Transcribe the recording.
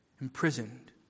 imprisoned